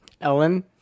Ellen